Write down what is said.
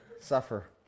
Suffer